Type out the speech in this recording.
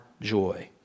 joy